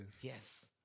Yes